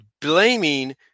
blaming